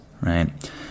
right